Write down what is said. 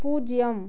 பூஜ்ஜியம்